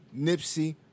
Nipsey